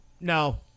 No